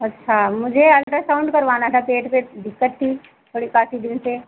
अच्छा मुझे अल्ट्रासाउंड करवाना था पेट में दिक्कत थी थोड़ी काफी दिन से